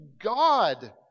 God